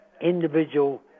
individual